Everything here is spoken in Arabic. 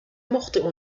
مخطئ